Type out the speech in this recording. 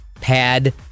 pad